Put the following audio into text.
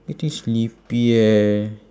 getting sleepy eh